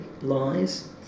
lies